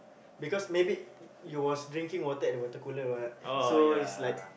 because maybe you was drinking water at the water cooler what so like